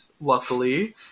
luckily